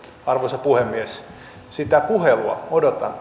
arvoisa puhemies sitä puhelua odotan